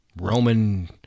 Roman